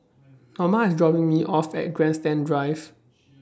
Norma IS dropping Me off At Grandstand Drive